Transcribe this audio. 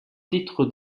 titre